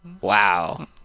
Wow